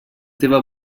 teva